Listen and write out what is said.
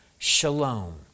Shalom